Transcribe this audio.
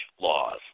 laws